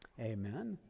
Amen